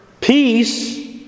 peace